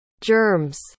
germs